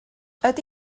ydy